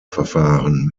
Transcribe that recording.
verfahren